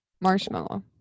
Marshmallow